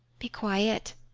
be quiet.